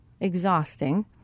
exhausting